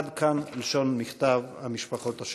עד כאן לשון המכתב של המשפחות השכולות.